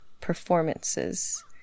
performances